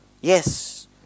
yes